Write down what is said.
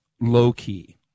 low-key